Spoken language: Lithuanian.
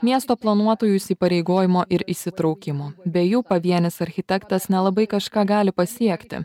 miesto planuotojų įsipareigojimo ir įsitraukimo be jų pavienis architektas nelabai kažką gali pasiekti